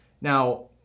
Now